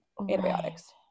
antibiotics